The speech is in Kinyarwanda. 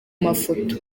mafoto